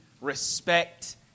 respect